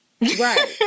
Right